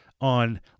on